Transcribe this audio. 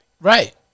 right